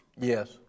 Yes